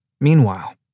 Meanwhile